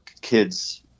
kids